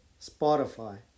Spotify